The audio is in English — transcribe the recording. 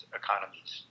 economies